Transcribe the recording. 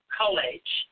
college